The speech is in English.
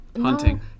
hunting